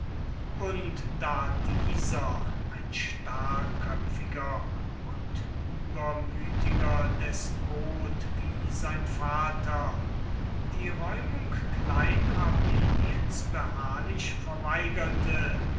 und da dieser ein starrköpfiger und übermütiger despot wie sein vater die räumung klein armeniens beharrlich verweigerte